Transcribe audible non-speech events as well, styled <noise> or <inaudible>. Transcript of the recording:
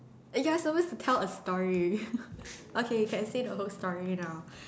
uh you're supposed to tell a story <laughs> okay you can say the whole story now